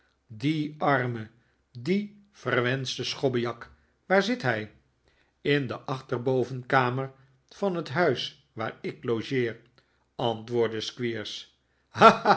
dien armen dien verwenschten schobbejak waar zit hij in de achterbovenkamer van het huis waar ik logeer antwoordde